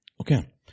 Okay